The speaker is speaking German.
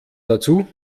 dazu